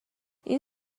این